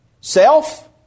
self